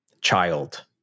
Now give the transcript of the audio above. child